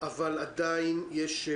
אבל היא איטית,